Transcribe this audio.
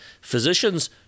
physicians